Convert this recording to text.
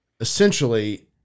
essentially